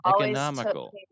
Economical